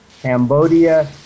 Cambodia